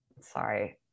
sorry